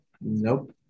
nope